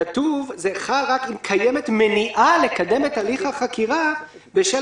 זה חל רק אם קיימת מניעה לקדם את הליך החקירה בשל